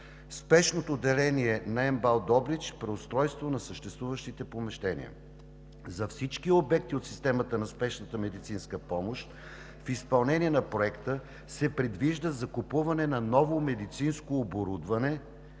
Спешното отделение на МБАЛ – Добрич, – преустройство на съществуващите помещения. За всички обекти от системата на спешната медицинска помощ в изпълнение на Проекта се предвижда закупуване на ново медицинско оборудване